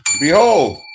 Behold